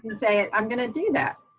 and saying i'm gonna do that,